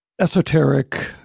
esoteric